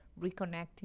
reconnecting